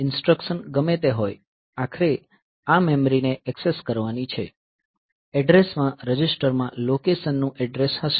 instruction ગમે તે હોય આખરે આ મેમરી ને એક્સેસ કરવાની છે એડ્રેસમાં રજિસ્ટરમાં લોકેશનનું એડ્રેસ હશે